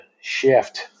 shift